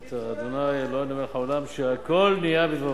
ברוך אתה ה' אלוהינו מלך העולם שהכול נהיה בדברו.